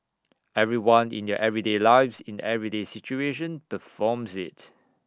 everyone in their everyday lives in everyday situation performs IT